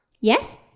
Yes